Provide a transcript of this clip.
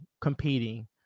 competing